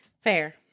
fair